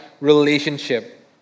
relationship